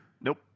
Nope